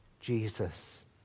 Jesus